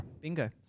Bingo